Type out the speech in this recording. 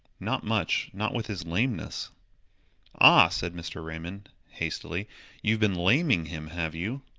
not much, not with his lameness ah! said mr. raymond, hastily you've been laming him have you?